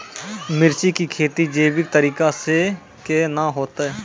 मिर्ची की खेती जैविक तरीका से के ना होते?